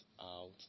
out